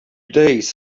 days